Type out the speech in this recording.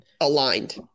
aligned